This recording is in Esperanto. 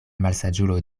malsaĝulo